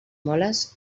moles